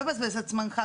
לא אבזבז את זמנך.